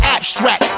Abstract